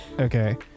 Okay